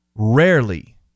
rarely